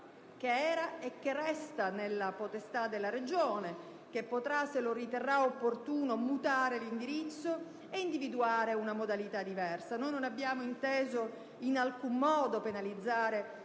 che era e che resta nella potestà della Regione, che potrà mutare l'indirizzo, se lo riterrà opportuno, ed individuare una modalità diversa. Noi non abbiamo inteso in alcun modo penalizzare